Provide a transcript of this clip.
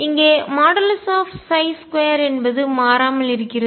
இங்கே 2 என்பது மாறாமல் இருக்கிறது